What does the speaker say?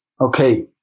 okay